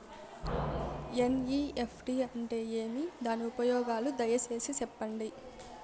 NEFT అంటే ఏమి? దాని ఉపయోగాలు దయసేసి సెప్పండి?